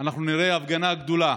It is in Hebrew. אנחנו נראה הפגנה גדולה